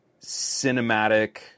cinematic